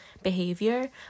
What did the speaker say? behavior